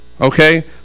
okay